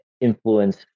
influence